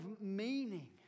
meaning